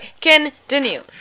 continue